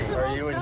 are you in